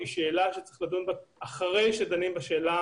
היא שאלה שצריך לדון בה אחרי שדנים בשאלה